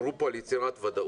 דיברו פה על יצירת ודאות.